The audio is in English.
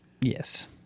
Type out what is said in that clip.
Yes